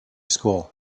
school